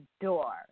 door